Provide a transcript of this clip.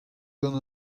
gant